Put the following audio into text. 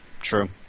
true